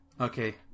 Okay